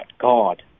God